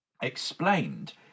explained